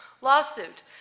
lawsuit